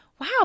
wow